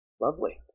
Lovely